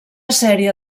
sèrie